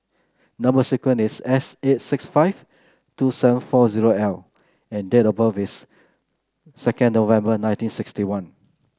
number sequence is S eight six five two seven four zero L and date of birth is second November nineteen sixty one